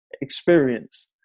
experience